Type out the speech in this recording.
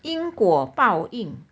因果报应